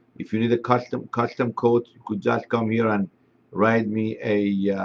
if you need a custom custom quote, you could just come here and write me a yeah